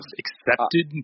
accepted